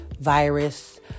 virus